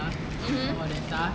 mmhmm